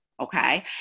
Okay